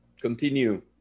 continue